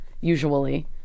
usually